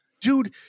Dude